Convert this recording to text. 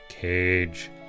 cage